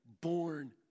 born